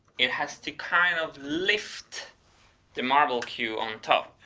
it has to kind of lift the marble queue on top.